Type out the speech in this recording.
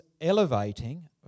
elevating